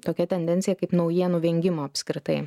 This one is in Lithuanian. tokia tendencija kaip naujienų vengimo apskritai